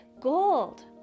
gold